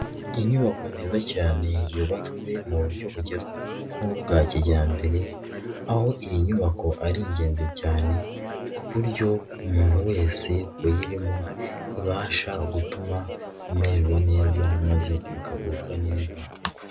Inyubako nziza cyane yubatswe mu buryo bugezweho bwa kijyambere, aho iyi nyubako ari ndende cyane ku buryo umuntu wese uyirimo, ibasha gutuma amererwa neza maze akagubwa neza.